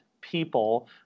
people